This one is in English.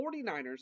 49ers